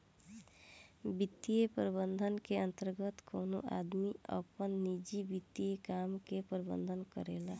वित्तीय प्रबंधन के अंतर्गत कवनो आदमी आपन निजी वित्तीय काम के प्रबंधन करेला